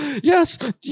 Yes